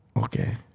Okay